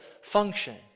function